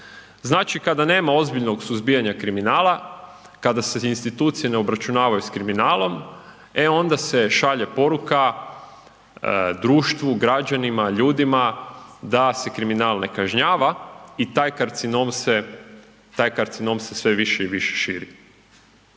Znači kada nema ozbiljnog suzbijanja kriminala, kada se institucije ne obračunavaju s kriminalom, e onda se šalje poruka društvu, građanima, ljudima da se kriminal ne kažnjava i taj karcinom se, taj karcinom se sve više i više širi.